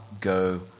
go